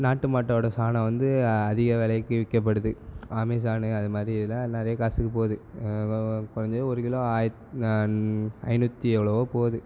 நாட்டு மாட்டோட சாணம் வந்து அதிக விலைக்கி விற்கப்படுது அமேசானு அது மாதிரி அதில் நிறைய காசுக்கு போது குறஞ்சது ஒரு கிலோ ஆயிரத்து ஐநூற்றி எவ்வளோவோ போது